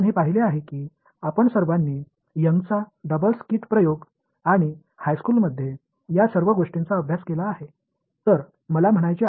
இயற்பியலிலும் இது நடப்பதைக் கண்டோம் நாம் அனைவரும் Young's double slit Double Slit பரிசோதனையிலும் மற்றும் உயர்நிலைப் பள்ளியில் இந்த விஷயங்கள் அனைத்தையும் படித்திருக்கிறோம்